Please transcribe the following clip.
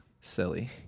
silly